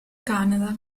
canada